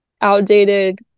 outdated